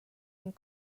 and